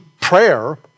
prayer